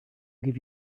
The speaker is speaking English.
give